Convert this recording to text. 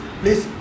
please